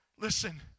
Listen